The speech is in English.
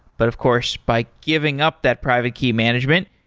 but of course by giving up that private key management,